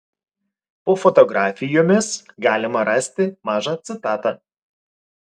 po fotografijomis galima rasti mažą citatą